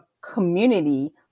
community